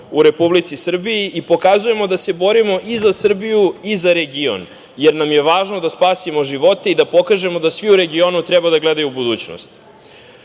u Republici Srbiji i pokazujemo da se borimo i za Srbiju i za region, jer nam je važno da spasimo živote i da pokažemo da svi u regionu treba da gledaju u budućnost. Ipak